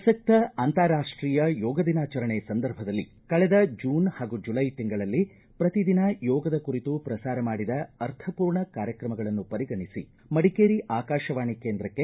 ಪ್ರಸಕ್ತ ಅಂತಾರಾಷ್ಟೀಯ ಯೋಗ ದಿನಾಚರಣೆ ಸಂದರ್ಭದಲ್ಲಿ ಕಳೆದ ಜೂನ್ ಹಾಗೂ ಜುಲೈ ತಿಂಗಳಲ್ಲಿ ಪ್ರತಿ ದಿನ ಯೋಗದ ಕುರಿತು ಪ್ರಸಾರ ಮಾಡಿದ ಅರ್ಥಮೂರ್ಣ ಕಾರ್ಯಕ್ರಮಗಳನ್ನು ಪರಿಗಣಿಸಿ ಮಡಿಕೇರಿ ಆಕಾಶವಾಣಿ ಕೇಂದ್ರಕ್ಕೆ